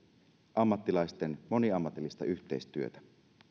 ammattilaisten moniammatillista yhteistyötä